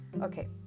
Okay